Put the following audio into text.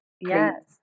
yes